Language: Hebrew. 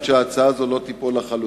על מנת שההצעה הזאת לא תיפול לחלוטין,